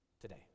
today